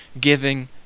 giving